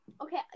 Okay